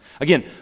Again